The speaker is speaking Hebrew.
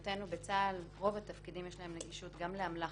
ולרוב התפקידים יש גם נגישות גם לאמל"ח,